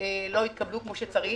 לא התקבלו כפי שצריך.